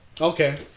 Okay